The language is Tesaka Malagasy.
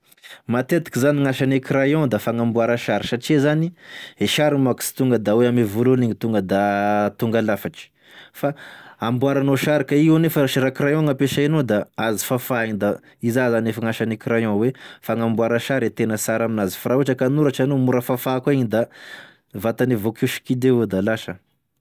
Matetiky zany gn'asane crayon da fagnamboara sary satria zany e sary manko sy tonga da oe ame voalohany igny tonga da tonga lafatry fa amboaranao sary ka io anefa sa- ka raha crayon gn'ampiasainao da azo fafay igny da izà zany efa gn'asane crayon oe fagnamboara sary e tena tsara aminazy fa raha ohatry ka anoratry anao mora fafà koa igny da vatany avao da lasa.